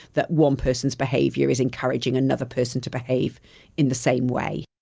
that one person's behaviour is encouraging another person to behave in the same way.